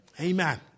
Amen